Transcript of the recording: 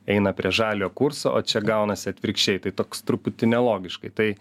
eina prie žaliojo kurso o čia gaunasi atvirkščiai tai toks truputį nelogiškai tai